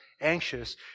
anxious